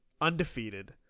undefeated